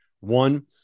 one